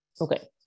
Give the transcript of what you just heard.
Okay